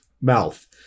mouth